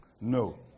no